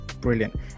Brilliant